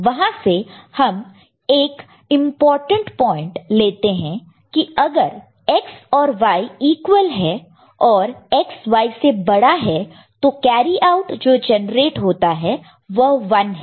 वहां से हम एक इंपॉर्टेंट पॉइंट लेते है की अगर X और Y ईक्वल है और X Y से बड़ा है तो कैरी आउट जो जेनरेट होता है वह 1 है